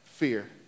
fear